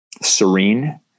serene